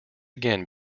again